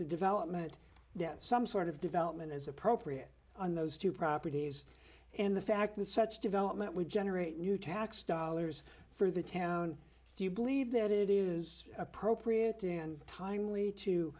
the development that some sort of development is appropriate on those two properties and the fact that such development would generate new tax dollars for the town do you believe that it is appropriate and timely to